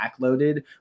backloaded